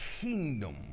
kingdom